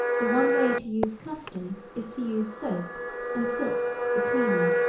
the one way to use custom is to use soap and silk for cleaning.